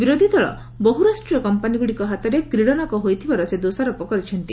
ବିରୋଧୀ ଦଳ ବହରାଷ୍ଟ୍ରୀୟ କମ୍ପାନୀଗୁଡ଼ିକ ହାତରେ କ୍ରୀଡ଼ନକ ହୋଇଥିବାର ସେ ଦୋଷାରୋପ କରିଛନ୍ତି